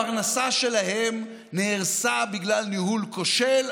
הפרנסה שלהם נהרסה בגלל ניהול כושל,